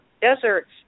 Deserts